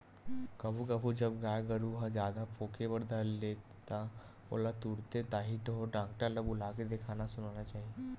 कभू कभू जब गाय गरु ह जादा पोके बर धर ले त ओला तुरते ताही ढोर डॉक्टर ल बुलाके देखाना सुनाना चाही